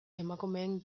emakumeen